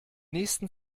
nächsten